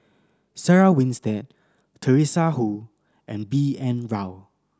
Sarah Winstedt Teresa Hsu and B N Rao